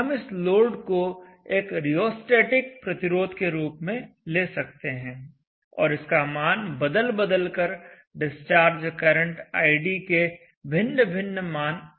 हम इस लोड को एक रिओस्टेटिक प्रतिरोध के रूप में ले सकते हैं और इसका मान बदल बदल कर डिस्चार्ज करंट id के भिन्न भिन्न मान प्राप्त कर सकते हैं